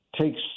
takes